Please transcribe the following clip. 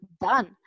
done